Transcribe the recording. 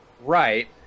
right